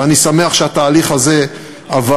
ואני שמח שהתהליך הזה עבר,